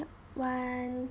one